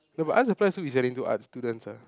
no but art supply so we selling to art students ah